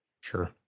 Sure